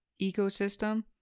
ecosystem